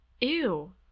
Ew